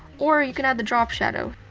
or you can add the drop shadow.